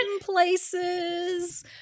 places